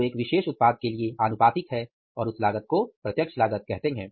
जो एक विशेष उत्पाद के लिए आनुपातिक है और उस लागत को प्रत्यक्ष लागत कहते हैं